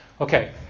Okay